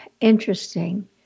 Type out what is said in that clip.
Interesting